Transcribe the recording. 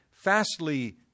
Fastly